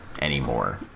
anymore